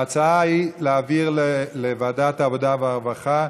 ההצעה היא להעביר לוועדת העבודה והרווחה.